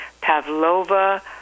pavlova